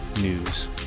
news